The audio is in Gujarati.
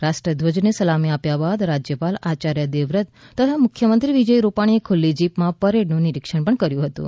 રાષ્ટ્રધ્વજને સલામી આપ્યા બાદ રાજયપાલ આચાર્ય દેવવ્રત તથા મુખ્યમંત્રી વિજય રૂપાણીએ ખુલ્લી જીપમાં પરેડનું નીરીક્ષણ પણ કર્યું હતું